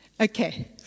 Okay